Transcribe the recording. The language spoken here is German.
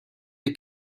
der